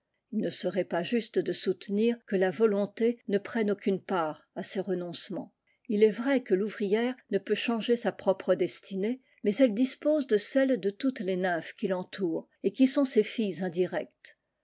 il ne serait pas juste de soutenir que la volonté ne prenne aucune part à ces renoncements est vrai que l'ouvrière né peut changer sa propre destinée mais elle dispose de celle de toutes les nymphes qui l'entourent et qui sont ses filles indirectes